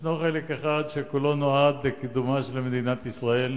ישנו חלק אחד שכולו נועד לקידומה של מדינת ישראל,